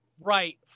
right